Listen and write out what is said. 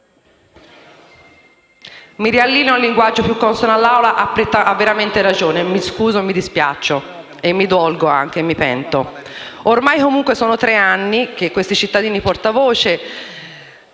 mi riallineo ad un linguaggio più consono all'Aula. Ha veramente ragione, Presidente, mi scuso e mi dispiaccio, mi dolgo anche e mi pento. Oramai comunque sono tre anni che questi cittadini portavoce